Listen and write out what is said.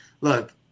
look